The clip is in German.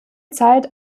zeit